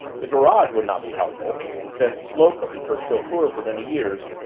the garage would not be helpful, since slocum, her chauffeur for many years,